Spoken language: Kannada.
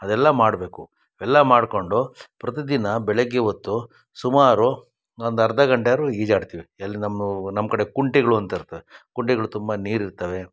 ಅದೆಲ್ಲ ಮಾಡಬೇಕು ಎಲ್ಲ ಮಾಡಿಕೊಂಡು ಪ್ರತಿದಿನ ಬೆಳಿಗ್ಗೆ ಹೊತ್ತು ಸುಮಾರು ಒಂದು ಅರ್ಧ ಗಂಟೆಯಾದ್ರು ಈಜಾಡ್ತೀವಿ ಎಲ್ಲಿ ನಮ್ಮ ನಮ್ಮ ಕಡೆ ಕುಂಟೆಗ್ಳು ಅಂತ ಇರ್ತವೆ ಕುಂಟೆಗಳ್ ತುಂಬ ನೀರು ಇರ್ತವೆ